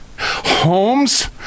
Holmes